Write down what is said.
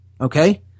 okay